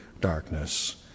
darkness